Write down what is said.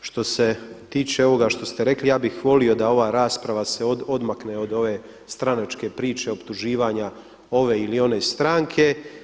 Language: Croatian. Što se tiče ovog što ste rekli, ja bih volio da ova rasprava se odmakne od ove stranačke prče optuživanja ove ili one stranke.